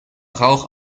rauch